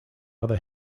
other